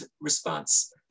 response